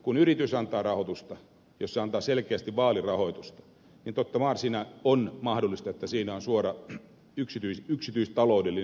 kun yritys antaa rahoitusta jos se antaa selkeästi vaalirahoitusta niin totta maar siinä on mahdollista että siinä on suora yksityistaloudellinen intressi